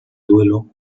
duelo